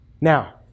Now